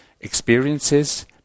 experiences